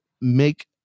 make